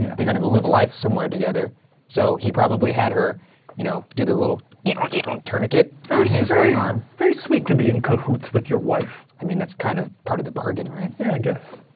they're gonna go live a life somewhere together so he probably had her you know do the little tourniquet. and very um very sweet to be in cahoots with your wife. i mean that's kind of part of the bargain, right? yeah, i guess.